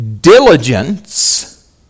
diligence